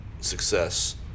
success